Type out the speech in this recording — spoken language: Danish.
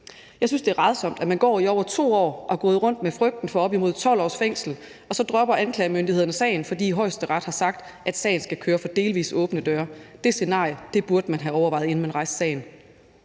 Jeg synes, det er rædsomt, at man i over 2 år har gået rundt med frygten for op imod 12 års fængsel, og så dropper anklagemyndigheden sagen, fordi Højesteret har sagt, at sagen skal køre for delvis åbne døre. Det scenarie burde man have overvejet, inden man rejste sagen.